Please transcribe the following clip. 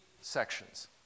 sections